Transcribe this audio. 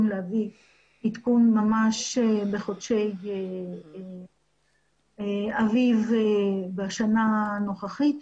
להביא עדכון ממש בחודשי האביב בשנה הנוכחית.